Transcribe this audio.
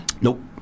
Nope